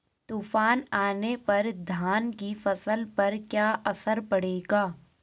तूफान आने पर धान की फसलों पर क्या असर पड़ेगा?